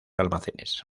almacenes